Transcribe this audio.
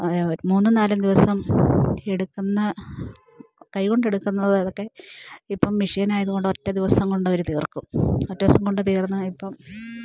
മൂന്നും നാലും ദിവസം എടുക്കുന്ന കൈ കൊണ്ടെടുക്കുന്നതൊക്കെ ഇപ്പം മെഷീനായത് കൊണ്ട് ഒറ്റ ദിവസം കൊണ്ട് അവർ തീർക്കും ഒറ്റ ദിവസം കൊണ്ട് തീർന്ന് ഇപ്പം